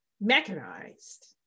mechanized